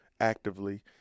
actively